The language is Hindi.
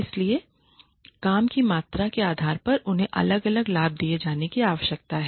इसलिए काम की मात्रा के आधार पर उन्हें अलग अलग लाभ दिए जाने की आवश्यकता है